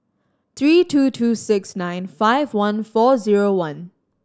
three two two six nine five one four zero one